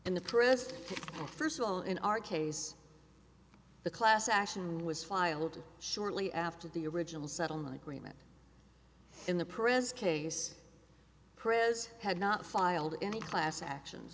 and first of all in our case the class action was filed shortly after the original settlement agreement in the pres case pres had not filed any class action